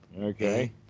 Okay